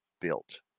built